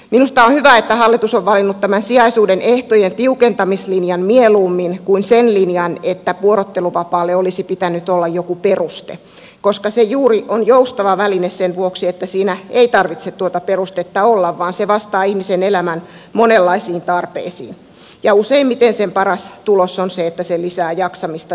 minusta on hyvä että hallitus on valinnut tämän sijaisuuden ehtojen tiukentamisen linjan mieluummin kuin sen linjan että vuorotteluvapaalle olisi pitänyt olla joku peruste koska se on joustava väline juuri sen vuoksi että siinä ei tarvitse tuota perustetta olla vaan se vastaa ihmisen elämän monenlaisiin tarpeisiin ja useimmiten sen paras tulos on se että se lisää jaksamista työelämässä